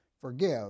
Forgive